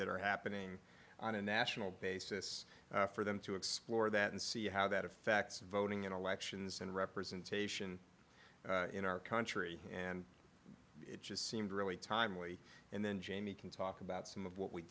that are happening on a national basis for them to explore that and see how that affects voting in elections and representation in our country and it just seemed really timely and then jamie can talk about some of what we